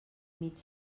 mig